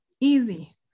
easy